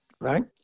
right